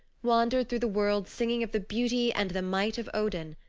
wandered through the world singing of the beauty and the might of odin,